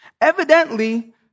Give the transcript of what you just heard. Evidently